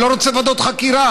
אני לא רוצה ועדות חקירה.